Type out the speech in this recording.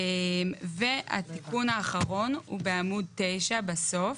התיקון האחרון הוא בעמוד 9 בסוף.